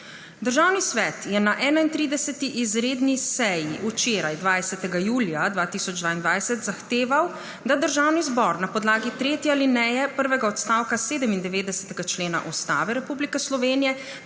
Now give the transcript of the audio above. Državni svet je na 31. izredni seji včeraj, 20. julija 2022, zahteval, da Državni zbor na podlagi tretje alineje prvega odstavka 97. člena Ustave Republike Slovenije